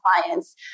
clients